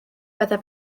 byddai